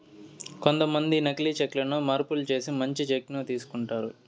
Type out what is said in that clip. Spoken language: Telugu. కొంతమంది నకీలి చెక్ లను మార్పులు చేసి మంచి చెక్ ను తీసుకుంటారు